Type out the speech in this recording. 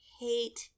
hate